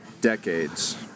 decades